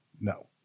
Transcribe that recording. No